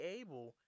able